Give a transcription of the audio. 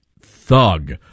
thug